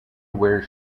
where